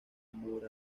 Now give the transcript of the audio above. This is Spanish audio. amor